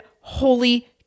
holy